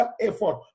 effort